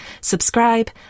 subscribe